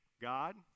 God